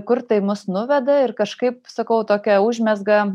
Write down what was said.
kur tai mus nuveda ir kažkaip sakau tokią užmezga